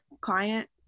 client